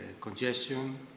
congestion